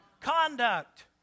conduct